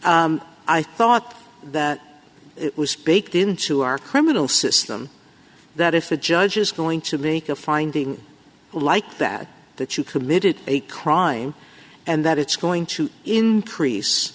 i thought that it was baked into our criminal system that if a judge is going to leak a finding like that that you committed a crime and that it's going to increase